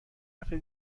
هفته